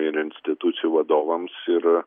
ir institucijų vadovams ir